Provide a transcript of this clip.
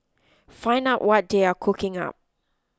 find out what they are cooking up